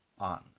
on